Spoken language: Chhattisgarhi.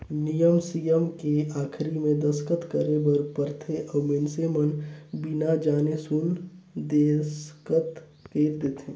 नियम सियम के आखरी मे दस्खत करे बर परथे अउ मइनसे मन बिना जाने सुन देसखत कइर देंथे